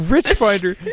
Richfinder